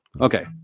okay